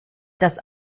das